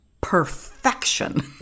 perfection